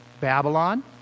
Babylon